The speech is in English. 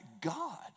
God